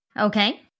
Okay